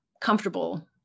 comfortable